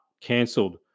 cancelled